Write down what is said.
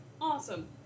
awesome